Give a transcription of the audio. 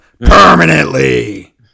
permanently